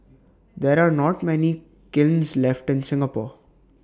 there are not many kilns left in Singapore